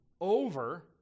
over